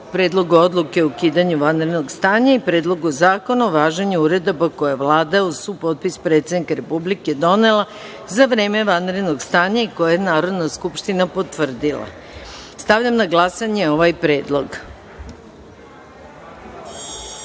Predlogu odluke o ukidanju vanrednog stanja i Predlogu zakona o važenju uredaba koje je Vlada uz supotpis predsednika Republike donela za vreme vanrednog stanja i koje je Narodna skupština potvrdila. Stavljam na glasanje ovaj